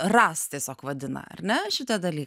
rast tiesiog vadina ar ne šitą dalyką